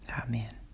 amen